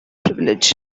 privilege